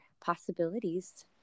possibilities